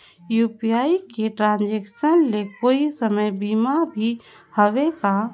UPI के transaction ले कोई समय सीमा भी हवे का?